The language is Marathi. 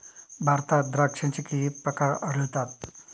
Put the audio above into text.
भारतात द्राक्षांचे किती प्रकार आढळतात?